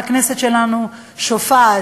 הכנסת שלנו שופעת,